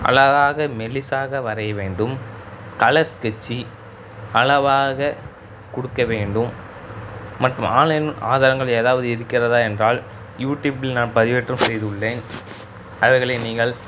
அழகாக மெலிசாக வரைய வேண்டும் கலர்ஸ் ஸ்கெட்ச்சு அளவாக காெடுக்க வேண்டும் மட்டும் ஆன்லைன் ஆதாரங்கள் ஏதாவது இருக்கிறதா என்றால் யூடியூப்பில் நான் பதிவேற்றம் செய்துள்ளேன் அதுகளை நீங்கள்